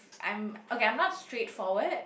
I'm okay I'm not straightforward